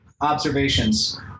observations